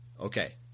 Okay